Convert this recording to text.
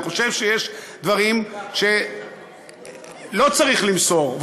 אני חושב שיש דברים שלא צריך למסור,